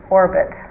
orbit